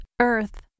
EARTH